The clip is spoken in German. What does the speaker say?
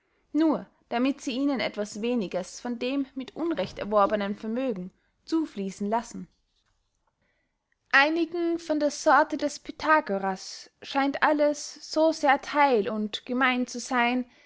nur damit sie ihnen etwas weniges von dem mit unrecht erworbenen vermögen zufliessen lassen einigen von der sorte des pythagoras scheint alles so sehr theil und gemein zu seyn